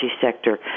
sector